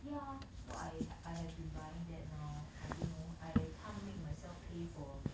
ya so I I have been buying that now I don't know I can't make myself pay for